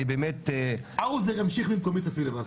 אני באמת --- האוזר ימשיך במקומי את הפיליבסטר.